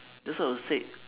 that's what I would say